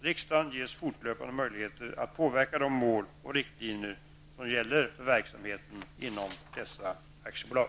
Riksdagen ges fortlöpande möjlighet att påverka de mål och riktlinjer som gäller för verksamheten inom dessa aktiebolag.